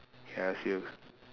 K I ask you